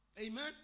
Amen